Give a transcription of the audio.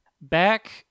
back